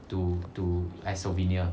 to to like souvenir